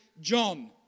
John